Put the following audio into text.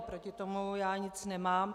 Proti tomu já nic nemám.